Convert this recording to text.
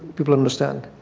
people understand.